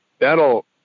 that'll